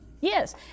Yes